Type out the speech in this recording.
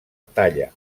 talla